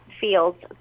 fields